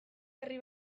herri